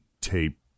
tape